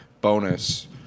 bonus